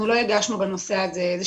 אנחנו לא הגשנו בנושא הזה איזה שהיא בקשה.